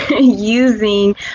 using